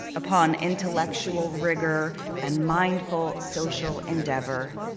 upon intellectual rigor and mindful social endeavor,